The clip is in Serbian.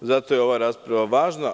Zato je ova rasprava važna.